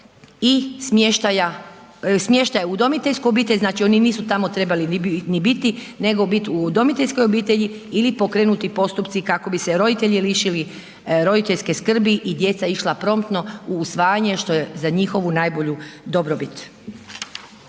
i smještaja u udomiteljsku obitelj, znači oni nisu tamo trebali ni biti nego bit u udomiteljskoj obitelji ili pokrenuti postupci kako bi se roditelji lišili roditeljske skrbi i djeca išla promptno u usvajanje što je za njihovu najbolju dobrobit.